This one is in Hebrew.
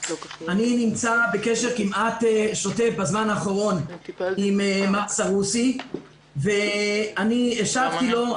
אני נמצא בקשר שוטף בזמן האחרון עם מר סרוסי והשבתי לו.